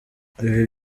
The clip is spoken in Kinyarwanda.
ibi